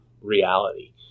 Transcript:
reality